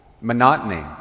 Monotony